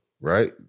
right